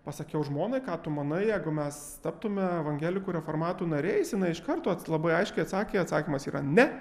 pasakiau žmonai ką tu manai jeigu mes taptume evangelikų reformatų nariais jinai iš karto labai aiškiai atsakė atsakymas yra ne